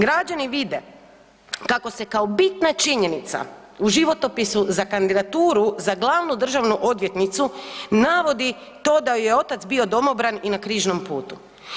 Građani vide kako se kao bitna činjenica u životopisu za kandidaturu za glavnu državnu odvjetnicu navodi to da joj je otac bio domobran i na Križnom putu.